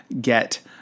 get